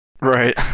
Right